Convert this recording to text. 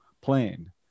plane